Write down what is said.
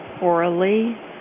orally